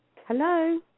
Hello